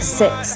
six